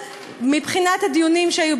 מבחינת הדיונים שהיו,